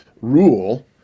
rule